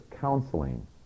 counseling